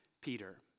Peter